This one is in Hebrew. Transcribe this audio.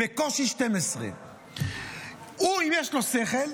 בקושי 12,000. אם יש לו שכל,